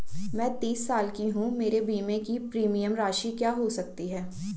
मैं तीस साल की हूँ मेरे बीमे की प्रीमियम राशि क्या हो सकती है?